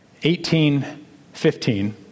1815